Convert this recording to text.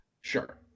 Sure